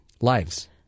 Lives